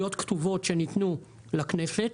בהתחייבויות כתובות שניתנו לכנסת